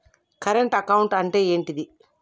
Current account అంటే ఏంటిది?